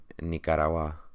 Nicaragua